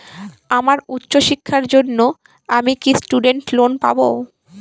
আমার উচ্চ শিক্ষার জন্য আমি কি স্টুডেন্ট লোন পাবো